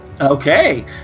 Okay